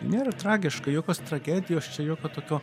nėra tragiška jokios tragedijos čia jokio tokio